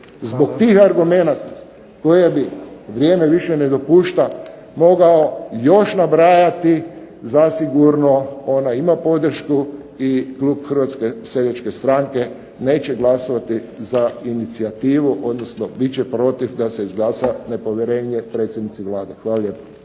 Zbog tih argumenata koje mi vrijeme više ne dopušta mogao još nabrajati, zasigurno ona ima podršku i klub HSS-a neće glasovati za inicijativu, odnosno bit će protiv da se izglasa nepovjerenje predsjednici Vlade. Hvala lijepo.